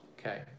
okay